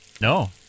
No